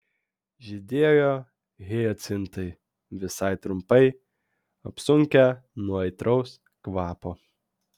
žydėjo hiacintai visai trumpai apsunkę nuo aitraus kvapo